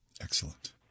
Excellent